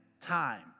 time